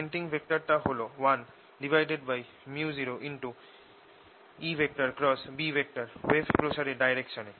Poynting ভেক্টরটা হল 1µ0 wave প্রসারের ডাইরেকশনে